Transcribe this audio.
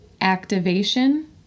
activation